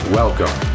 welcome